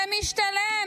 זה משתלם,